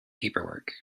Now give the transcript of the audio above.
paperwork